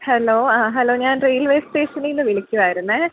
hello ആ hello ഞാൻ railway സ്റ്റേഷനീന്ന് വിളിക്കുവായിരുന്നേ